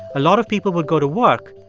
a lot of people would go to work,